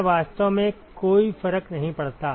यह वास्तव में कोई फर्क नहीं पड़ता